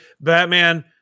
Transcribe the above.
Batman